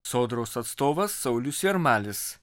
sodros atstovas saulius jarmalis